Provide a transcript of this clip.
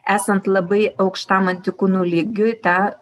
esant labai aukštam antikūnų lygiui ta